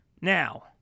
Now